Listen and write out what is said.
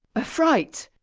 a fright!